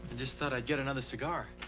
just thought i'd get another cigar.